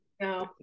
no